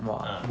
ah